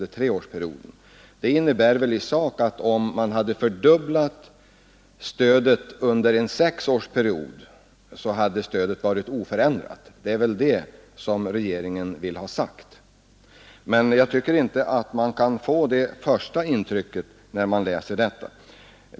Den formuleringen innebär i sak att om man hade fördubblat stödet under en sexårsperiod, så hade stödet varit oförändrat. Jag tycker att det första intrycket när man läser detta är något helt annat.